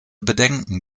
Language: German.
bedenken